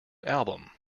album